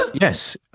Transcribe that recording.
Yes